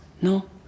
no